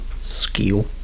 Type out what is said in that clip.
skill